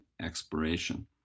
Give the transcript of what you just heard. expiration